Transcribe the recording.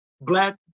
black